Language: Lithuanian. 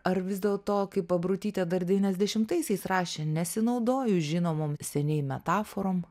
ar vis dėlto kaip abrutytė dar devyniasdešimtaisiais rašė nesinaudoju žinomom seniai metaforom